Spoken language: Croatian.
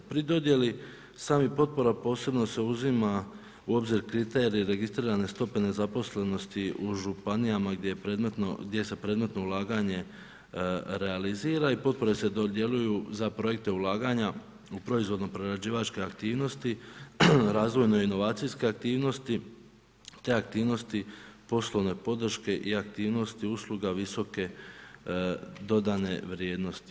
Pri dodjeli samih potpora posebno se uzima u obzir kriterij registrirane stope nezaposlenosti u županijama gdje se predmetno ulaganje realizira i potpore se dodjeljuju za projekte ulaganja u proizvodno-prerađivačke aktivnosti, razvojno-inovacijske aktivnosti te aktivnosti poslovne podrške i aktivnosti usluga visoke dodane vrijednosti.